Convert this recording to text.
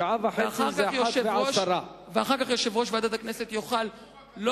שעה וחצי זה 13:10. אחר כך יושב-ראש ועדת הכנסת יוכל,